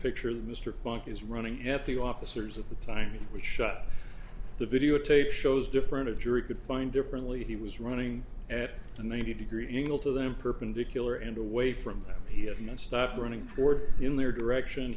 picture that mr funk is running at the officers at the time we shot the videotape shows different a jury could find differently he was running at a ninety degree angle to them perpendicular and away from he have mistyped running forward in their direction